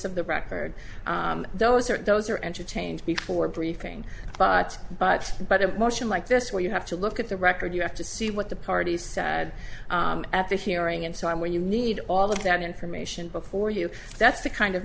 the record those are those are entertained before briefing but but but a motion like this where you have to look at the record you have to see what the parties sad at the hearing and so on when you need all of that information before you that's the kind of